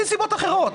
מוצאים סיבות אחרות.